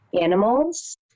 animals